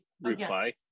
reply